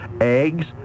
eggs